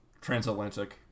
Transatlantic